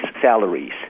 salaries